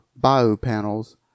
biopanels